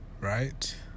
right